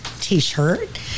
T-shirt